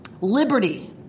liberty